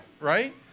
right